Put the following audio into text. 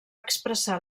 expressar